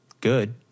good